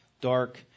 dark